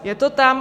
Je to tam?